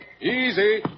Easy